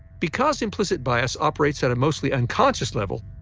because implicit bias operates at a mostly unconscious level,